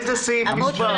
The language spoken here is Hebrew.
איזה סעיף הוסבר?